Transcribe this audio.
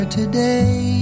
today